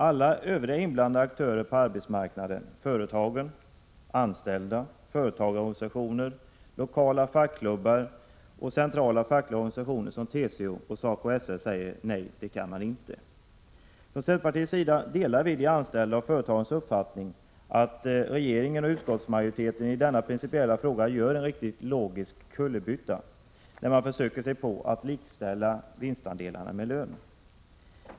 Alla övriga inblandade aktörer på arbetsmarknaden — företag, anställda, företagarorganisationer, lokala fackklubbar och centrala fackliga organisationer som TCO och SACO-SR -— säger: Nej, det kan man inte. Från centerpartiets sida delar vi de anställdas och företagens uppfattning att regeringen och utskottsmajoriteten i denna principiella fråga gör en riktig logisk kullerbytta när man försöker sig på att likställa vinstandelar med lön.